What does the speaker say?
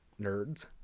nerds